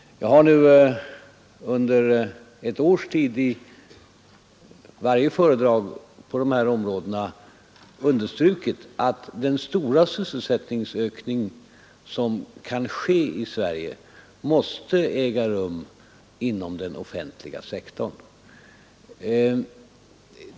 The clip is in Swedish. Jag har nu under ett års tid i varje föredrag jag hållit i dessa frågor understrukit att den stora sysselsättningsökning som kan ske i Sverige måste äga rum inom den offentliga sektorn.